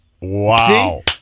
Wow